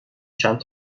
چند